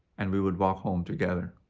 and we would walk home together.